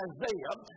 Isaiah